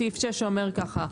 סעיף 6 שאומר ככה,